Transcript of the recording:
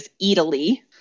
Italy